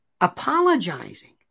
apologizing